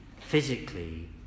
physically